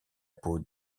peau